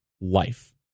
life